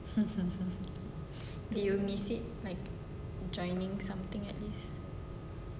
do you miss it like joining something at least